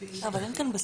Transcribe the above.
אבל אין כאן בשר.